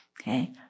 Okay